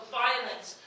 violence